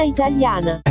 Italiana